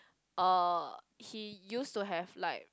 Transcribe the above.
uh he used to have like